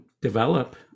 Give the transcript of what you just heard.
develop